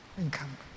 income